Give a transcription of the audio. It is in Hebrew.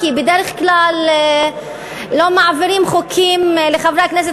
בדרך כלל לא מעבירים חוקים של חברי הכנסת